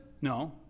No